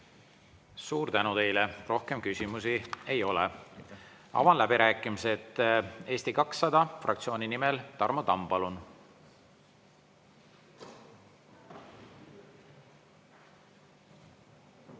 Suur tänu teile! Rohkem küsimusi ei ole. Avan läbirääkimised. Eesti 200 fraktsiooni nimel Tarmo Tamm, palun!